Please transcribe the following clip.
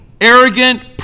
arrogant